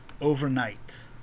overnight